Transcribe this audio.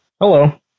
Hello